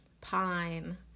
Pine